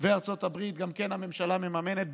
וארצות הברית גם כן הממשלה מממנת.